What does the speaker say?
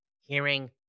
hearing